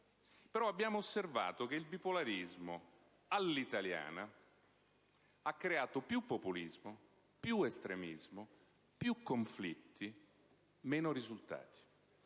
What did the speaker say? però abbiamo osservato che il bipolarismo all'italiana ha creato più populismo, più estremismo, più conflitti e meno risultati.